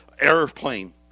airplane